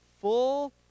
full